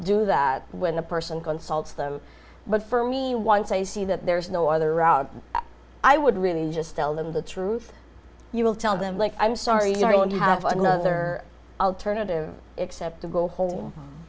that when a person consults them but for me once they see that there's no other route i would really just tell them the truth you will tell them like i'm sorry you're going to have another alternative except to go home